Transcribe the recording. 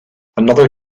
another